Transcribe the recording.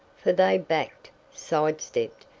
for they backed, side stepped,